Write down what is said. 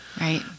Right